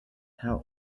how